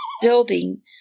building